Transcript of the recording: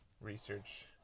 research